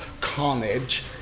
carnage